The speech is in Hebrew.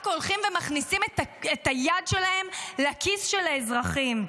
רק הולכים ומכניסים את היד שלהם לכיס של האזרחים.